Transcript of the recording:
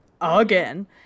again